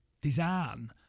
design